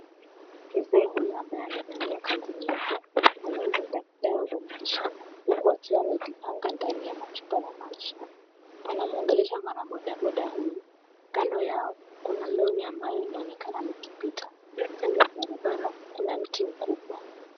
Mzee huyu ambaye amevalia kanzu nyeupe anauza dawa za miti shamba huku akiwa amezipanga ndani ya machupa ya maji. Anamuongelesha mwanabodaboda huyu. Kando yao kuna lori ambayo inaonekana likipita. Kando ya barabara kuna mti mkubwa.